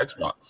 Xbox